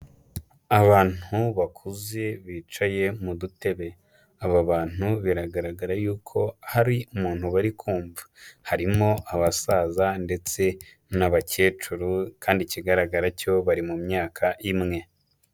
Abantu bakuze bicaye mu dutebe, aba bantu biragaragara yuko hari umuntu bari kumva, harimo abasaza ndetse n'abakecuru kandi ikigaragara cyo bari mu myaka imwe.